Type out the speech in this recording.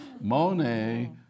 Monet